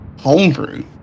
homebrew